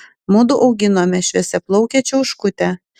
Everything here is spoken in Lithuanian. mudu auginome šviesiaplaukę čiauškutę